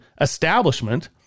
establishment